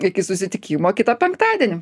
iki susitikimo kitą penktadienį